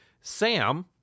sam